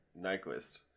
Nyquist